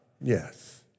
yes